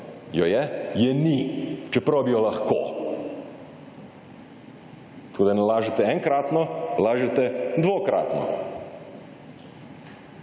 Jo je? Je ni, čeprav bi jo lahko. Tako, da ne lažete enkratno, lažete dvokratno.